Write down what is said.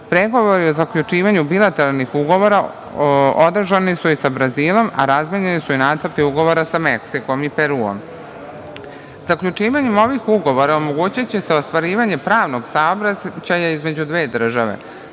ugovora. Pregovori o zaključivanju bilateralnih ugovora održani su i sa Brazilom, a razmenjeni su i nacrti ugovora sa Meksikom i Peruom. Zaključivanjem ovih ugovora omogućiće se ostvarivanje pravnog saobraćaja između dve države,